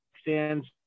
stands